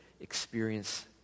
experience